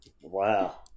wow